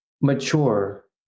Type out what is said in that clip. mature